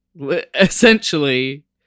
essentially